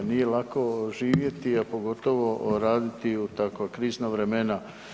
Nije lako živjeti, a pogotovo raditi u takva krizna vremena.